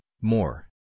more